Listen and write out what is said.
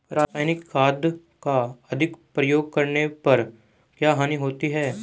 रासायनिक खाद का अधिक प्रयोग करने पर क्या हानि होती है?